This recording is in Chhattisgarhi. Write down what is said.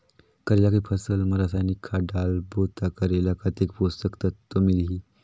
करेला के फसल मा रसायनिक खाद डालबो ता करेला कतेक पोषक तत्व मिलही?